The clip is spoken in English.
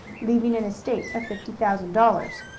leaving an estate of fifty thousand dollars.